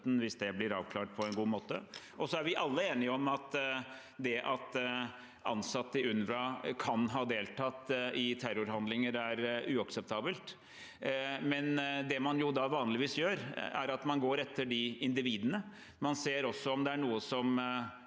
hvis det blir avklart på en god måte. Vi er alle enige om at det at ansatte i UNRWA kan ha deltatt i terrorhandlinger, er uakseptabelt, men det man da vanligvis gjør, er å gå etter de individene. Man ser også om det er noe man